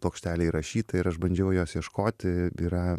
plokštelė įrašyta ir aš bandžiau jos ieškoti yra